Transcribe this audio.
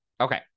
Okay